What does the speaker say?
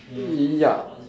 ya